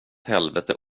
helvete